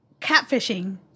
catfishing